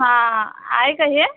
हां आहे का हे